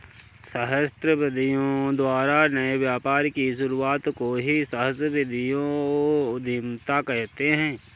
सहस्राब्दियों द्वारा नए व्यापार की शुरुआत को ही सहस्राब्दियों उधीमता कहते हैं